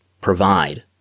provide